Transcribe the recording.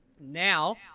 Now